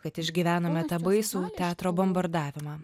kad išgyvenome tą baisų teatro bombardavimą